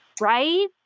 Right